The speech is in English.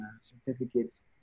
certificates